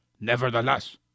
Nevertheless